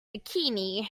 bikini